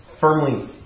firmly